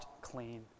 clean